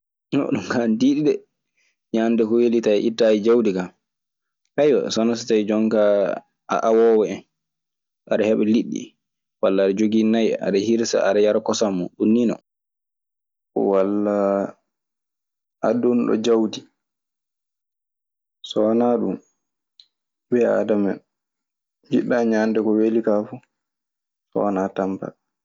Ɗum kaa ana tiiɗi de, ñaande ko weli tawee itaayi jawdi ka. so wanaa so tawii a awoowo en aɗa heɓa liɗɗi, wala aɗa jogii nay. Aɗa hirsa, aɗa yara kosam mun. Walla a donuɗo jawdi. So wanaa ɗun ɓii aadama njiɗɗaa ñaande ko weli kaa fu, so wanaa tampaa.